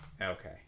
Okay